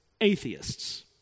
atheists